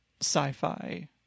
sci-fi